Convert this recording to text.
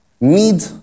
Need